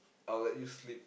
I'll let you sleep